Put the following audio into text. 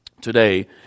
today